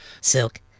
Silk